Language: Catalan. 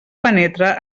penetra